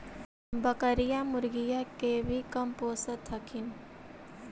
बकरीया, मुर्गीया के भी कमपोसत हखिन?